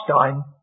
time